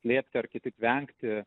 slėpti ar kitaip vengti